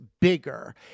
bigger